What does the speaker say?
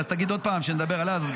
אז תגיד עוד פעם שנדבר על אז,